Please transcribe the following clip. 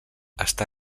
està